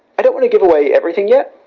i don't want to give away everything yet,